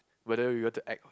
whether we were to act